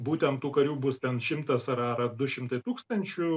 būtent tų karių bus ten šimtas ar ar du šimtai tūkstančių